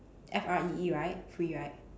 F R E E right free right